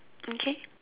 okay